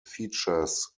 features